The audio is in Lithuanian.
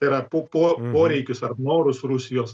tai yra po po poreikius ar norus rusijos